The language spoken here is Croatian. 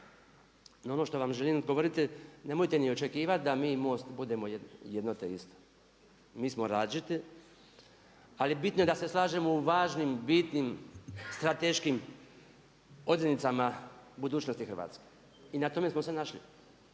ono što vam želim govoriti nemojte ni očekivati da mi i MOST budemo jedno te isto. Mi smo različiti, ali bitno je da se slažemo u važnim, bitnim, strateškim odrednicama budućnosti Hrvatske. I na tome smo se našli.